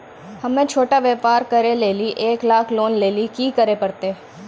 हम्मय छोटा व्यापार करे लेली एक लाख लोन लेली की करे परतै?